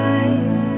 eyes